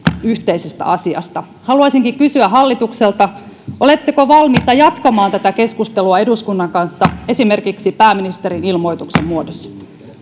yhteisestä asiasta haluaisinkin kysyä hallitukselta oletteko valmiita jatkamaan tätä keskustelua eduskunnan kanssa esimerkiksi pääministerin ilmoituksen muodossa